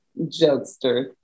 jokester